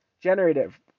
generative